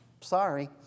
sorry